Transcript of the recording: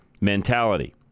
mentality